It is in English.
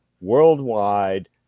worldwide